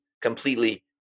completely